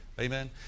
Amen